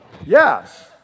yes